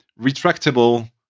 retractable